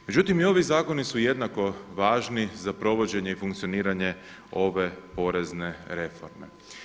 Međutim, i ovi zakoni su jednako važni za provođenje i funkcioniranje ove porezne reforme.